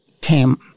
came